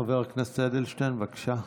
חבר הכנסת אדלשטיין, בבקשה.